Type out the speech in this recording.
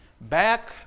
Back